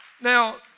Now